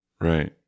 Right